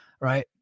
Right